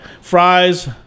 Fries